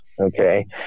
okay